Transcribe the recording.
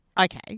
Okay